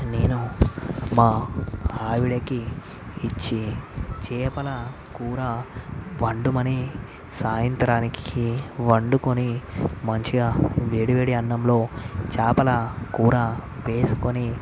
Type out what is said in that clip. నేను మా ఆవిడకి ఇచ్చి చేపల కూర వండమని సాయంత్రానికి వండుకుని మంచిగా వేడి వేడి అన్నంలో చేపల కూర వేసుకొని